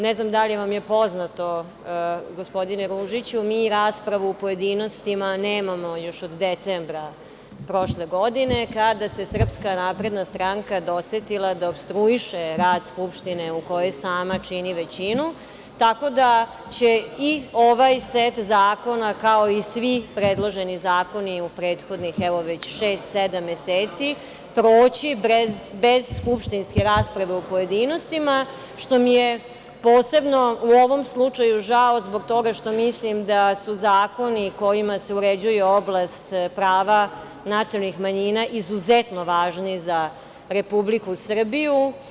Ne znam da li vam je poznato, gospodine Ružiću, mi raspravu u pojedinostima nemamo još od decembra prošle godine kada se SNS dosetila da opstruiše rad Skupštine u kojoj sama čini većinu, tako da će i ovaj set zakona, kao i svi predloženi zakoni u prethodnih, evo već šest, sedam, meseci, proći bez skupštinske rasprave u pojedinostima, što mi je posebno u ovom slučaju žao zbog toga što mislim da su zakoni kojima se uređuje oblast prava nacionalnih manjina izuzetno važni za Republiku Srbiju.